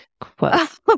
quote